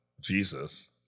Jesus